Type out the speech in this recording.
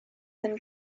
than